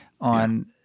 on